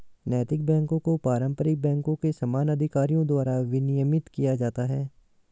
नैतिक बैकों को पारंपरिक बैंकों के समान अधिकारियों द्वारा विनियमित किया जाता है